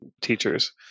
teachers